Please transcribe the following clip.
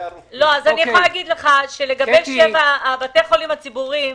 לגבי שבעת בתי החולים הציבוריים,